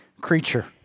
creature